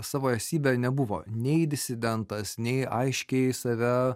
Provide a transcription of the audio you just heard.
savo esybėj nebuvo nei disidentas nei aiškiai save